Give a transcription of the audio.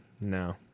No